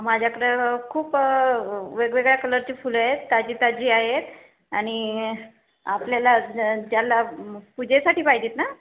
माझ्याकडे खूप वेगवेगळ्या कलरचे फुले आहेत ताजी ताजी आहेत आणि आपल्याला त्याला पूजेसाठी पाहिजेत ना